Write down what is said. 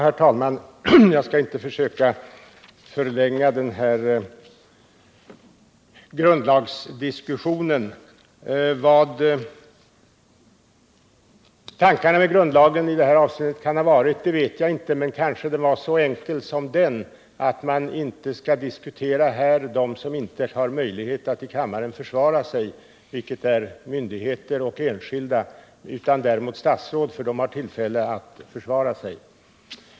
Herr talman! Jag skall inte förlänga den här grundlagsdiskussionen. Vilka tankarna bakom grundlagen i detta avseende kan ha varit vet jag inte, men kanske det var så enkelt som att man inte här skall diskutera frågor rörande myndigheter och enskilda som inte har möjlighet att försvara sig i kammaren — statsråd däremot har möjlighet att försvara sig.